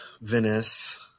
venice